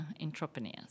entrepreneurs